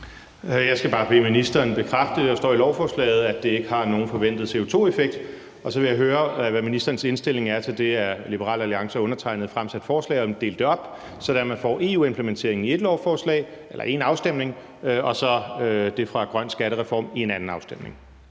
der står i lovforslaget, nemlig at det ikke har nogen forventet CO2-effekt. Og så vil jeg høre, hvad ministerens indstilling er til det af Liberal Alliance og undertegnede fremsatte forslag om at dele det op, sådan at man får EU-implementering i én afstemning og det fra grøn skattereform i en anden afstemning.